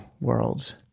worlds